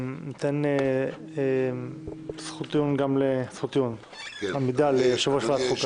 ניתן זכות טיעון ליושב-ראש ועדת החוקה.